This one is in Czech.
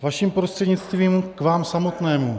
Vaším prostřednictvím k vám samotnému.